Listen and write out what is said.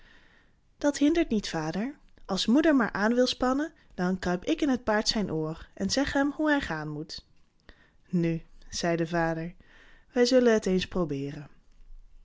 dat hindert niet vader als moeder maar aan wil spannen dan kruip ik in het paard zijn oor en zeg hem hoe hij gaan moet nu zei de vader wij zullen het eens probeeren